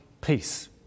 peace